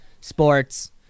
sports